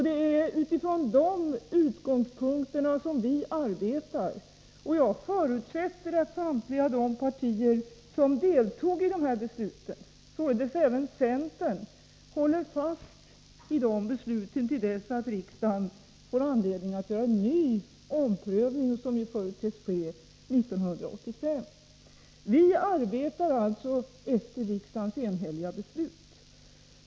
Det är utifrån de utgångspunkterna som vi arbetar, och jag förutsätter att samtliga de partier som deltog i det här beslutet, således även centern, håller fast vid detta till dess att riksdagen får anledning att göra en ny omprövning, som ju förutsätts ske 1985. Vi arbetar alltså efter riksdagens enhälliga beslut.